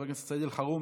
חבר הכנסת סעיד אלחרומי,